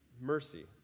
Mercy